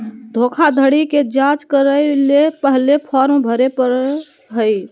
धोखाधड़ी के जांच करय ले पहले फॉर्म भरे परय हइ